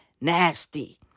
nasty